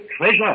treasure